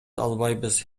албайбыз